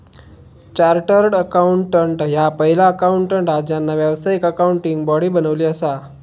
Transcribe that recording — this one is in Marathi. चार्टर्ड अकाउंटंट ह्या पहिला अकाउंटंट हा ज्यांना व्यावसायिक अकाउंटिंग बॉडी बनवली असा